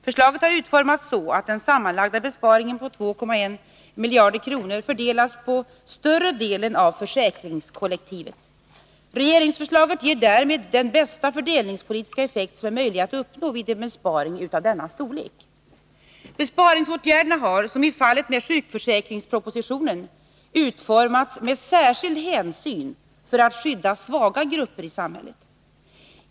Förslaget har utformats så, att den sammanlagda besparingen på 2100 milj.kr. fördelas på större delen av försäkringskollektivet. Regeringsförslaget ger därmed den bästa fördelningspolitiska effekt som är möjlig att uppnå vid en besparing av denna storlek. Besparingsåtgärderna har, som i fallet med sjukförsäkringspropositionen, utformats med särskild hänsyn för att skydda svaga grupper i samhället.